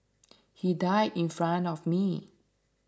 he died in front of me